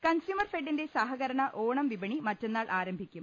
consumer ഫെഡിന്റെ സഹകരണ ഓണം വിപണി മറ്റ ന്നാൾ ആരംഭിക്കും